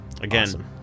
Again